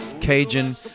Cajun